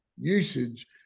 Usage